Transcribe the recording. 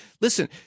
Listen